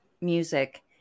music